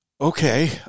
okay